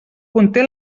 conté